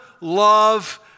love